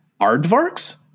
Aardvarks